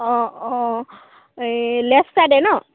অঁ অঁ এই লেফট চাইডে ন